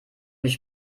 mich